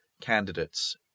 candidates